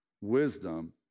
wisdom